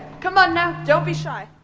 come on now, don't be shy.